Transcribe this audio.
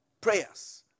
prayers